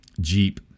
Jeep